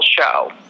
show